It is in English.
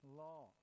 law